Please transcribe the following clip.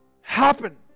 happen